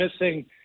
missing